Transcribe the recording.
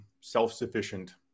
self-sufficient